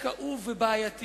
כאוב ובעייתי.